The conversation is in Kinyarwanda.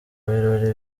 birori